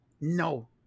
No